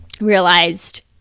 realized